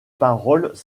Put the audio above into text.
paroles